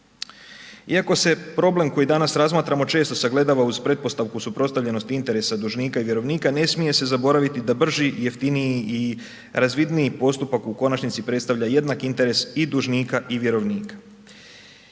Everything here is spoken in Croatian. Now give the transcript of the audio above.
Iako se problem koji danas razmatramo često sagledava uz pretpostavku suprotstavljenosti interesa dužnika i vjerovnika, ne smije se zaboraviti da brži i jeftiniji i razvidniji postupak u konačnici predstavlja jednak interes i dužnika i vjerovnika.